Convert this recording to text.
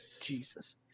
Jesus